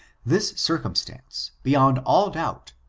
this cir cumstance, beyond all doubt,